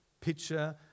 picture